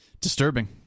Disturbing